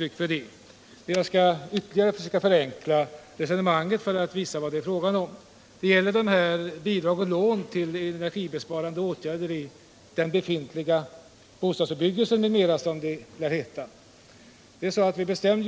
Och jag skall ytterligare försöka förenkla resonemanget för att visa vad det är fråga om. Det gäller bidrag och lån för energibesparande åtgärder inom befintlig 57 bostadsbebyggelse. Vi bestämde